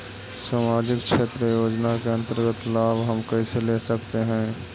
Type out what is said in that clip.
समाजिक क्षेत्र योजना के अंतर्गत लाभ हम कैसे ले सकतें हैं?